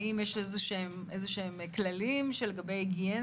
האם יש כללים של היגיינה,